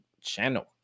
channel